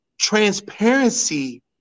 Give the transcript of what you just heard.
transparency